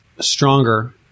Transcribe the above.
stronger